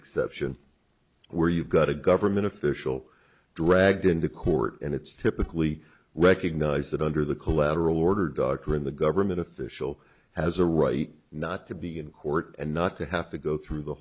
exception where you've got a government official dragged into court and it's typically recognized that under the collateral order doctrine the government official has a right not to be in court and not to have to go through the